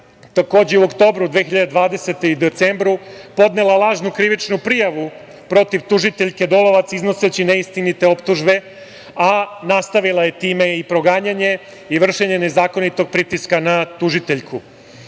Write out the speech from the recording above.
je u oktobru 2020. godine i decembru podnela lažnu krivičnu prijavu protiv tužiteljke Dolovac iznoseći neistinite optužbe, a nastavila je time i proganjanje i vršenje nezakonitog pritiska na tužiteljku. Isto